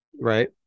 right